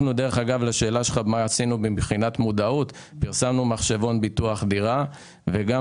לשאלה של מה עשינו מבחינת מודעות - פרסמנו מחשבון ביטוח דירה ואנחנו